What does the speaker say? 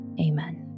Amen